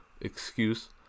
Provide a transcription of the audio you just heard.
excuse